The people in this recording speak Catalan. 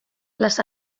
les